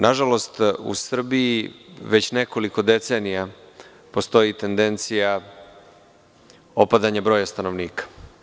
Nažalost, u Srbiji već nekoliko decenija postoji tendencija opadanja broja stanovnika.